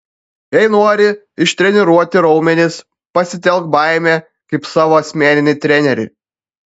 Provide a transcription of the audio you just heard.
jei nori ištreniruoti raumenis pasitelk baimę kaip savo asmeninį trenerį